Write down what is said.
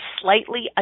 slightly